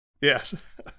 Yes